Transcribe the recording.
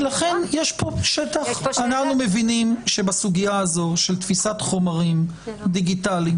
ולכן אנחנו מבינים שבסוגיה הזאת של תפיסת חומרים דיגיטליים,